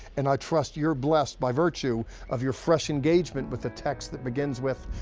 and i trust you're blessed, by virtue of your fresh engagement with the text that begins with,